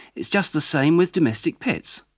it's just the same with domestic pets,